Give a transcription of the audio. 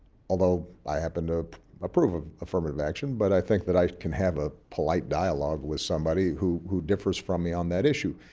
although i happen to approve of affirmative action, but i think that i can have a polite dialogue with somebody who who differs from me on that issue.